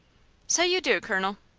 so you do, colonel.